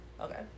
okay